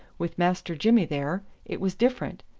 with master jimmy there, it was different.